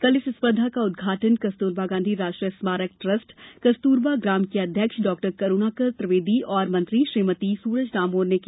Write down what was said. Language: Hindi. कल इस स्पर्धा का उदघाटन कस्तूरबा गांधी राष्ट्रीय स्मारक ट्रस्ट कस्तूरबा ग्राम के अध्यक्ष डॉ करूणा कर त्रिवेदी और मंत्री श्रीमती सूरज डामोर ने किया